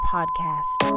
Podcast